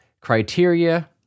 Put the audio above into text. criteria